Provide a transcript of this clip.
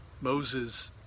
Moses